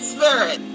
Spirit